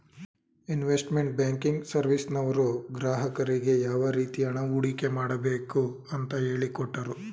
investment banking ಸರ್ವಿಸ್ನವರು ಗ್ರಾಹಕರಿಗೆ ಯಾವ ರೀತಿ ಹಣ ಹೂಡಿಕೆ ಮಾಡಬೇಕು ಅಂತ ಹೇಳಿಕೊಟ್ಟರು